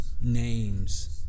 names